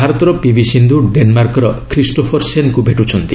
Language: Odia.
ଭାରତର ପିଭି ସିନ୍ଧୁ ଡେନ୍ମାର୍କର ଖ୍ରୀଷ୍ଟୋଫର୍ ସେନ୍ଙ୍କୁ ଭେଟୁଛନ୍ତି